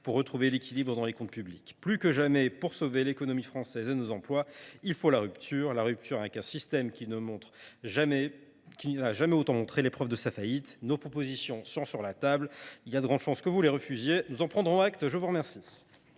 au retour à l’équilibre de nos comptes publics. Plus que jamais, pour sauver l’économie française et nos emplois, il faut une rupture : la rupture avec un système qui n’a jamais autant montré les preuves de sa faillite. Nos propositions sont sur la table. Il y a de grandes chances que vous les refusiez. Nous en prendrons acte. La parole